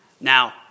Now